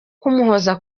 kumuhoza